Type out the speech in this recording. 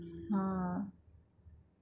she gains more attention by that